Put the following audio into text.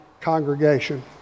congregation